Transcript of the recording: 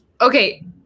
Okay